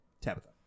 Tabitha